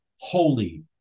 holy